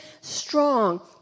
strong